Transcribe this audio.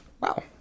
Wow